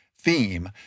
theme